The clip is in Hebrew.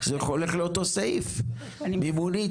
זה הולך לאותו סעיף, מימונית.